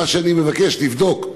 מה שאני מבקש לעשות,